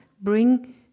bring